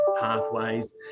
pathways